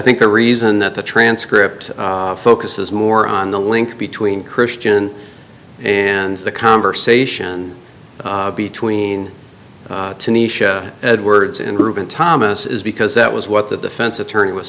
think the reason that the transcript focuses more on the link between christian and the conversation between tunisia edwards and reuben thomas is because that was what the defense attorney was